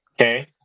Okay